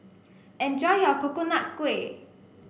enjoy your Coconut Kuih